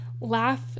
Laugh